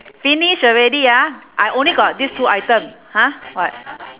finish already ah I only got this two item !huh! what